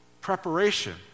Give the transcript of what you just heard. preparation